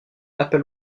apple